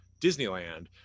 Disneyland